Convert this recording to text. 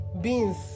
beans